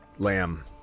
Lamb